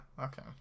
okay